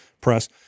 press